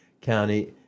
County